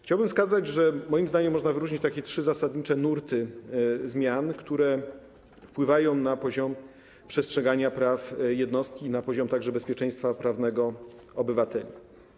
Chciałbym wskazać, że moim zdaniem można wyróżnić trzy zasadnicze nurty zmian, które wpływają na poziom przestrzegania praw jednostki, także na poziom bezpieczeństwa prawnego obywateli.